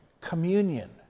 communion